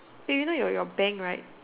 eh you know your your bank right